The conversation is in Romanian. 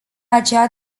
aceea